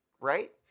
right